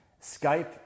Skype